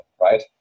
right